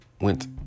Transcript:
went